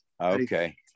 Okay